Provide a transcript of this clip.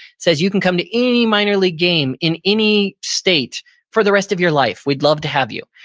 says, you can come to any minor league game in any state for the rest of your life, we'd love to have you.